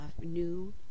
new